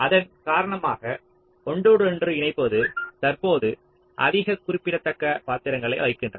அதன் காரணமாக ஒன்றோடொன்று இணைப்பது தற்போது அதிக குறிப்பிடத்தக்க பாத்திரத்தை வகிக்கின்றன